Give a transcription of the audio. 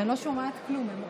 אני לא שומעת כלום.